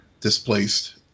displaced